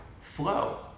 flow